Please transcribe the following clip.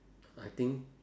I think